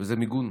וזה מיגון,